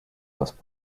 was